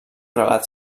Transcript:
relat